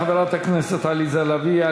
תודה לחברת הכנסת עליזה לביא.